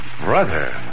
brother